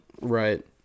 Right